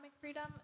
freedom